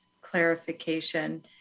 clarification